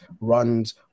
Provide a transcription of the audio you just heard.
runs